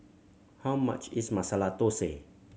how much is Masala Thosai